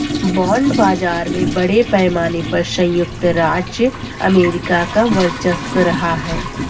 bond बाजार में बड़े पैमाने पर सयुक्त राज्य अमेरिका का वर्चस्व रहा है